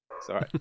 Sorry